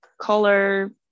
color